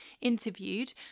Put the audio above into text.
interviewed